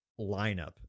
lineup